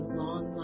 long